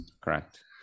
Correct